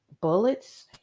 bullets